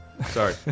Sorry